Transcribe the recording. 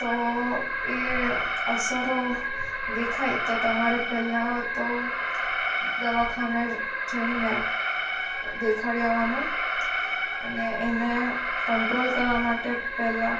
તો એ અસરો દેખાય તો તમારે પહેલાં તો દવાખાને જઈને દેખાડી આવાનું અને એને કંટ્રોલ કરવા માટે પહેલા